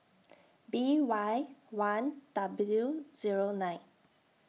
B Y one W Zero nine